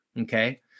Okay